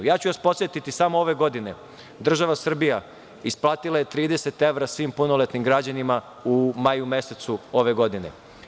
Samo ću vas podsetiti da je ove godine država Srbija isplatila 30 evra svim punoletnim građanima u maju mesecu ove godine.